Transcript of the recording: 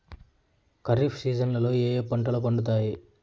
ఖరీఫ్ సీజన్లలో ఏ ఏ పంటలు పండుతాయి